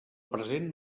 present